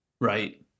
right